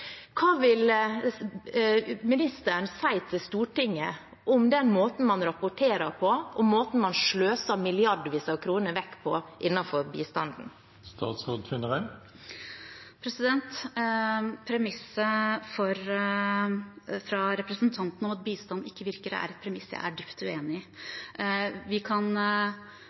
Hva vil ministeren si til Stortinget om den måten man rapporterer på, og måten man sløser vekk milliarder av kroner på innenfor bistanden? Premisset fra representanten om at bistand ikke virker, er jeg dypt uenig i. Vi kan